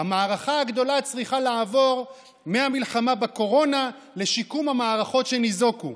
המערכה הגדולה צריכה לעבור מהמלחמה בקורונה לשיקום המערכות שניזוקו".